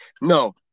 No